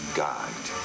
guide